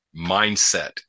mindset